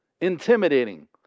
intimidating